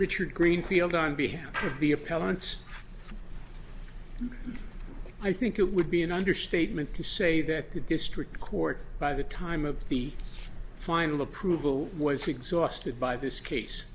richard greenfield on behalf of the appellant's i think it would be an understatement to say that the district court by the time of the final approval was exhausted by this case